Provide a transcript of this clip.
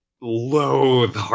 loathe